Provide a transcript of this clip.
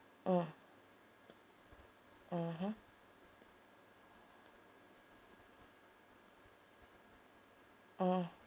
mm mmhmm mm